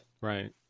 Right